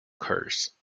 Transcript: curse